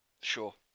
Sure